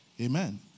Amen